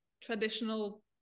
traditional